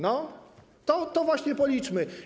No to właśnie policzmy.